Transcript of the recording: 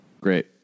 Great